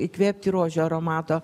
įkvėpti rožių aromato